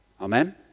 Amen